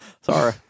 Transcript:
sorry